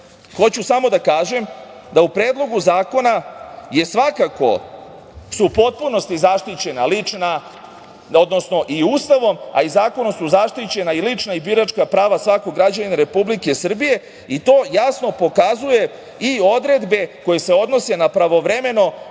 hoću samo da kažem da u predlogu zakona su svakako u potpunosti zaštićena lična, odnosno i Ustavom, a i zakonom su zaštićena lična i biračka prava svakog građanina Republike Srbije i to jasno pokazuju i odredbe koje se odnose na pravovremeno